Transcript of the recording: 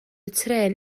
trên